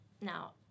Now